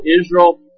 Israel